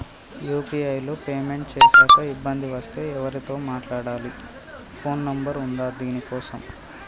UPI లో payment చేశాక ఇబ్బంది వస్తే ఎవరితో మాట్లాడాలి? ఫోన్ నంబర్ ఉందా దీనికోసం?